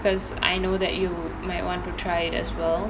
because I know that you might want to try it as well